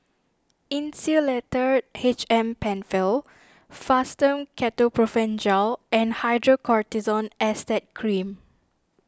Insulatard H M Penfill Fastum Ketoprofen Gel and Hydrocortisone Acetate Cream